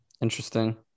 Interesting